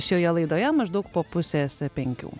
šioje laidoje maždaug po pusės penkių